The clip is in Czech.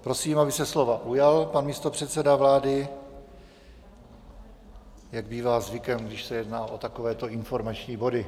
Prosím, aby se slova ujal pan místopředseda vlády, jak bývá zvykem, když se jedná o takovéto informační body.